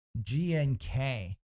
GNK